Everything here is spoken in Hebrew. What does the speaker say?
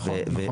נכון, נכון.